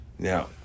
Now